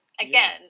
again